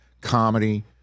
comedy